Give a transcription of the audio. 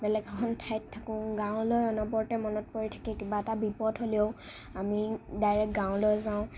বেলেগ এখন ঠাইত থাকোঁ গাঁৱলৈ অনবৰতে মনত পৰি থাকে কিবা এটা বিপদ হ'লেও আমি ডাইৰেক্ট গাঁৱলৈ যাওঁ